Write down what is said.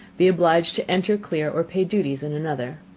be obliged to enter, clear, or pay duties in another.